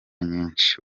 nyinshi